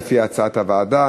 כהצעת הוועדה,